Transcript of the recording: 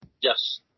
Yes